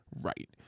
Right